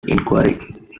inquiry